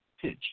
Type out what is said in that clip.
pitch